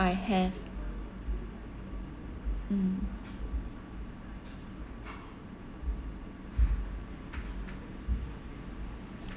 I have mm